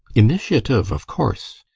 initiative, of course.